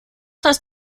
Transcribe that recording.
heißt